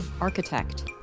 architect